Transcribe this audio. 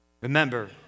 Remember